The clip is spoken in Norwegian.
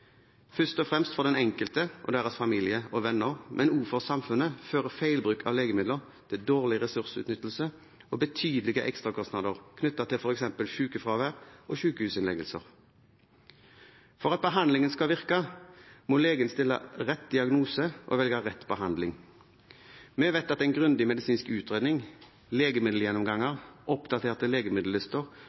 Først og fremst for den enkelte og deres familie og venner, men også for samfunnet fører feilbruk av legemidler til dårlig ressursutnyttelse og betydelige ekstrakostnader knyttet til f.eks. sykefravær og sykehusinnleggelser. For at behandlingen skal virke, må legen stille rett diagnose og velge rett behandling. Vi vet at en grundig medisinsk utredning, legemiddelgjennomganger, oppdaterte legemiddellister